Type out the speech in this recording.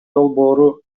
долбоору